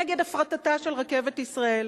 נגד הפרטתה של רכבת ישראל